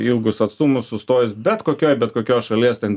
ilgus atstumus sustojus bet kokioj bet kokios šalies ten